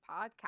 podcast